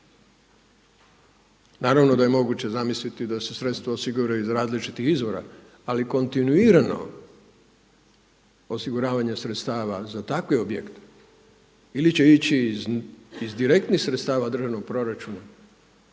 Naravno da je moguće zamisliti da se sredstva osiguraju iz različitih izvora, ali kontinuirano osiguravanje sredstava za takve objekte ili će ići iz direktnih sredstava državnog proračuna